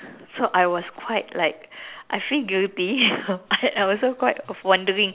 so I was quite like I feel guilty I also quite of wondering